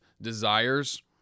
desires